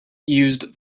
used